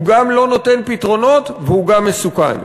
הוא גם לא נותן פתרונות והוא גם מסוכן.